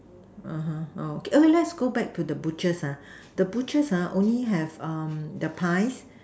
okay let's go back to the butchers the butchers only have their pies